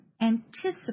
anticipate